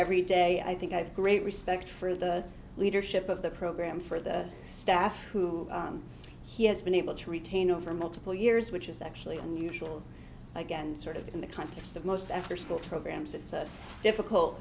every day i think i have great respect for the leadership of the program for the staff who he has been able to retain over multiple years which is actually unusual again sort of in the context of most afterschool programs it's a difficult